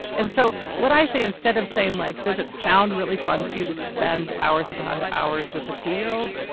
and so what i say instead of saying like does it sound really fun to you to spend hours upon hours with a two year old.